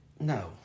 No